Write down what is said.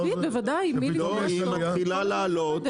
היא עקבית, בוודאי, היא יורדת.